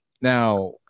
now